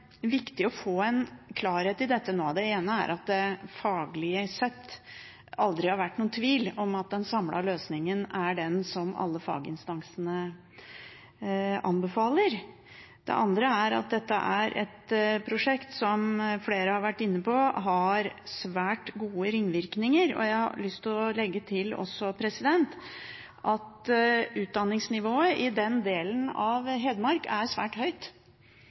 viktig å få en klarhet i dette nå. En ting er at det faglig sett aldri har vært noen tvil om at den samlede løsningen er den som alle faginstansene anbefaler. Det andre er at dette er et prosjekt som flere har vært inne på har svært gode ringvirkninger. Jeg har også lyst til å legge til at utdanningsnivået i den delen av Hedmark er svært høyt.